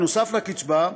בנוסף לקצבה,